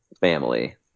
family